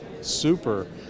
super